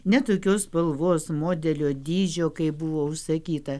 ne tokios spalvos modelio dydžio kaip buvo užsakyta